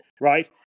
right